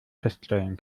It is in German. feststellen